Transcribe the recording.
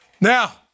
Now